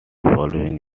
following